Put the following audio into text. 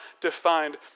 defined